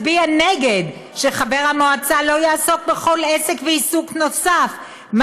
מצביע נגד שחבר המועצה לא יעסוק בכל עסק ועיסוק נוסף,